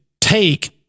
take